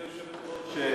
גברתי היושבת-ראש,